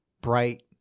bright